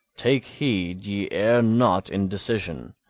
take heed ye err not in decision.